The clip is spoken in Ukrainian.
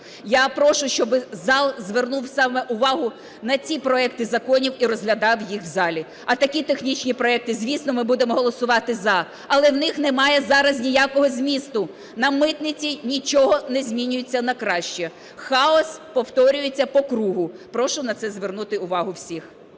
Я прошу, щоби зал звернув увагу саме на ці проекти законів і розглядав їх у залі. А такі технічні проекти, звісно, ми будемо голосувати "за", але в них немає зараз ніякого змісту. На митниці нічого не змінюється на краще, хаос повторюється по кругу. Прошу на це звернути увагу всіх.